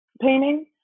painting